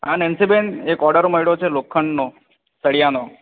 હા નેન્સીબેન એક ઓર્ડર મળ્યો છે લોખંડનો સળિયાનો